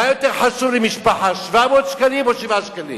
מה יותר חשוב למשפחה, 700 שקלים או 7 שקלים?